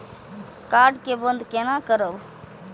Card के बन्द केना करब?